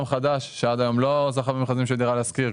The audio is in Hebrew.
חדש שעד היום לא זכה במכרזים של "דירה להשכיר"".